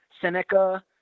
Seneca